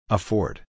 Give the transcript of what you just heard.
Afford